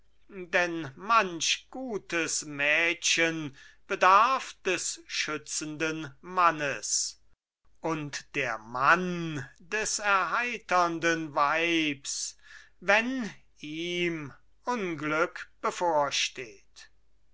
denn manch gutes mädchen bedarf des schützenden mannes und der mann des erheiternden weibs wenn ihm unglück bevorsteht